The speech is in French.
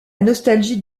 nostalgie